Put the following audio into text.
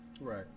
Right